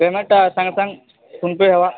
payment ସାଙ୍ଗେ ସାଙ୍ଗ PhonePe' ହେବା